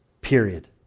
period